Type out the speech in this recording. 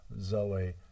Zoe